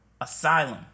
asylum